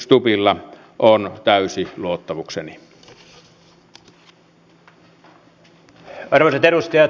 se on ollut jo kauan aikaa